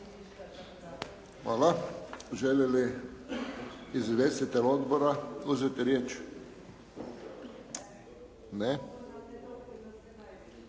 Hvala. Želi li izvjestitelj odbora uzeti riječ? Ne.